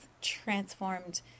transformed